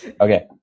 Okay